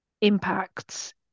impacts